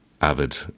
avid